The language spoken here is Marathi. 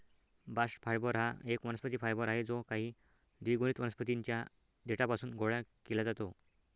बास्ट फायबर हा एक वनस्पती फायबर आहे जो काही द्विगुणित वनस्पतीं च्या देठापासून गोळा केला जातो